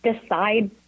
decide